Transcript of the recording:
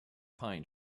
pine